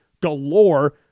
galore